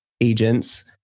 agents